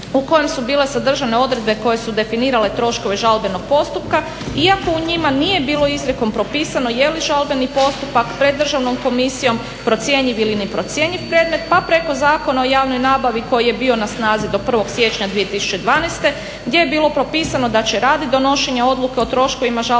kojem su bile sadržane odredbe koje su definirale troškove žalbenog postupka iako u njima nije bilo izrijekom propisano jeli žalbeni postupak pred državnom komisijom procjenjiv ili neprocjenjiv predmet pa preko Zakona o javnoj nabavi koji je bio na snazi do 1.siječnja 2012.gdje je bilo propisano da će rad i donošenje odluka o troškovima žalbenog postupka